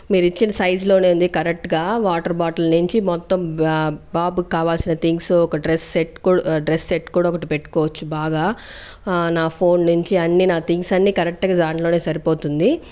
మీరు ఇచ్చిన సైజ్లోనే ఉంది కరెక్ట్గా వాటర్ బాటిల్ నుంచి మొత్తం బ్యా బాబుకి కావాల్సిన థింగ్స్ ఒక డ్రెస్ సెట్ డ్రెస్ సెట్ కూడా ఒకటి పెట్టుకోవచ్చు బాగా నా ఫోన్ నుంచి అన్ని నా థింగ్స్ అన్ని కరెక్టుగా దాంలోనే సరిపోతుంది